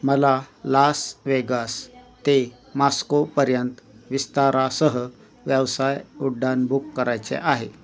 मला Las Vegas ते मास्कोपर्यंत विस्तारासह व्यवसाय उड्डाण बुक करायचे आहे